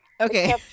Okay